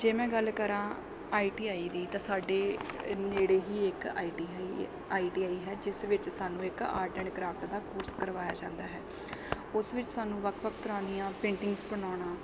ਜੇ ਮੈਂ ਗੱਲ ਕਰਾਂ ਆਈ ਟੀ ਆਈ ਦੀ ਤਾਂ ਸਾਡੇ ਨੇੜੇ ਹੀ ਇੱਕ I T I I T I ਹੈ ਜਿਸ ਵਿੱਚ ਸਾਨੂੰ ਇੱਕ ਆਰਟ ਐਂਡ ਕਰਾਫਟ ਦਾ ਕੋਰਸ ਕਰਵਾਇਆ ਜਾਂਦਾ ਹੈ ਉਸ ਵਿੱਚ ਸਾਨੂੰ ਵੱਖ ਵੱਖ ਤਰ੍ਹਾਂ ਦੀਆਂ ਪੇਂਟਿੰਗਸ ਬਣਾਉਣਾ